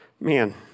Man